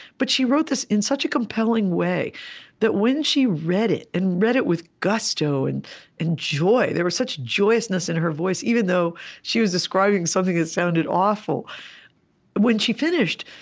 but she wrote this in such a compelling way that when she read it and read it with gusto and joy there was such joyousness in her voice, even though she was describing something that sounded awful when she finished,